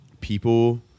people